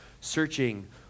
searching